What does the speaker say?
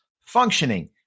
functioning